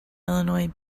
illinois